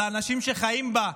על האנשים שחיים בה,